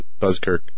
Buzzkirk